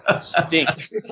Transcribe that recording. stinks